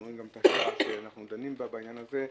אנחנו רואים גם את השעה שאנחנו דנים בה בעניין הזה,